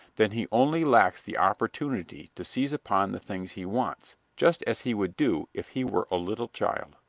then he only lacks the opportunity to seize upon the things he wants, just as he would do if he were a little child.